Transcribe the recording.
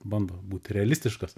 bando būti realistiškas